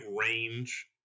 range